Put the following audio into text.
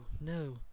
no